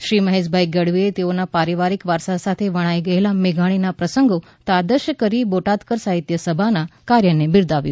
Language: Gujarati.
શ્રી મહેશભાઈ ગઢવી એ તેઓના પારિવારિક વારસા સાથે વણાઈ ગયેલા મેઘાણીના પ્રસંગો તાદશ્ય કરી બોટાદ કર સાહિત્ય સભાના કાર્યને બિરદાવ્યું